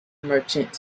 merchant